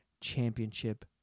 championship